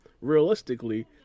realistically